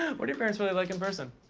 what are your parents really like in person?